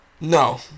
No